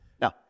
now